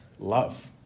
Love